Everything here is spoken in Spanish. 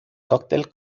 cóctel